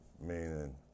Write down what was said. meaning